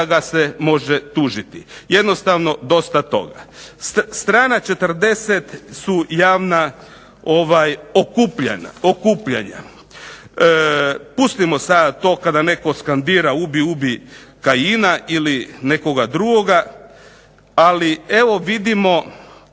ga se može tužiti. Jednostavno dosta toga. Strana 40. su javna okupljanja. Pustimo sada to kada netko skandira ubij, ubij Kajina, ili nekoga drugoga, ali evo vidimo